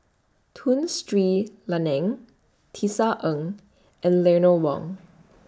Tun Sri Lanang Tisa Ng and Eleanor Wong